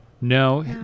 No